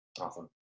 Awesome